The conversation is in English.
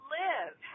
live